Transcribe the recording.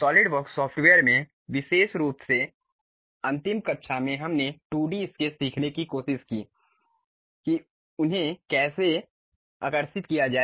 SolidWorks software में विशेष रूप से अंतिम कक्षा में हमने 2D स्केच सीखने की कोशिश की कि उन्हें कैसे आकर्षित किया जाए